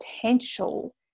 potential